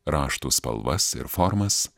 raštų spalvas ir formas